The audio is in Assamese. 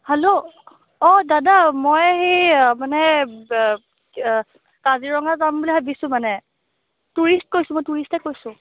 হেল্ল' অ দাদা মই সেই মানে কাজিৰঙা যাম বুলি ভাবিছোঁ মানে টুৰিষ্ট কৈছোঁ মই টুৰিষ্টে কৈছোঁ